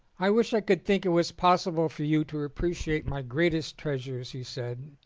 i wish i could think it was possible for you to appreciate my greatest treasures, he said,